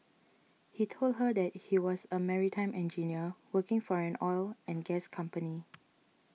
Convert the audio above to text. he told her that he was a maritime engineer working for an oil and gas company